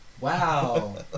Wow